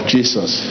Jesus